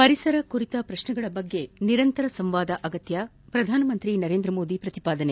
ಪರಿಸರ ಕುರಿತ ಪ್ರಶ್ನೆಗಳ ಬಗ್ಗೆ ನಿರಂತರ ಸಂವಾದ ಅಗತ್ಯ ಪ್ರಧಾನಮಂತ್ರಿ ನರೇಂದ್ರ ಮೋದಿ ಪ್ರತಿಪಾದನೆ